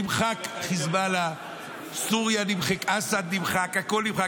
נמחק, חיזבאללה, סוריה, אסד נמחק, הכול נמחק.